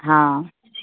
हाँ